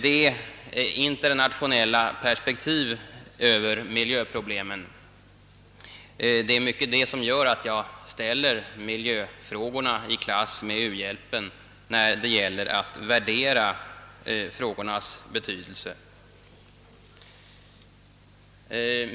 Det är de internationella perspektiven på miljöproblemen som gör att jag ställer dem i klass med uhjälpen när det gäller att värdera deras betydelse.